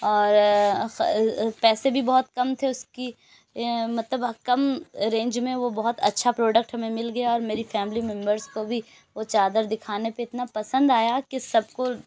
اور پیسے بھی بہت کم تھے اس کی مطلب کم رینج میں بہت اچھا پروڈکٹ ہمیں مل گیا اور میری فیملی ممبرس کو بھی وہ چادر دکھانے پہ اتنا پسند آیا کہ سب کو